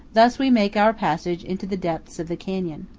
thus we make our passage into the depths of the canyon.